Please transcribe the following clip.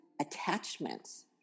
attachments